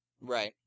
Right